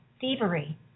thievery